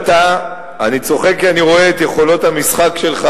כי אני רואה את יכולות המשחק שלך,